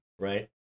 Right